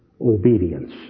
obedience